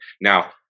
Now